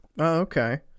okay